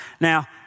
Now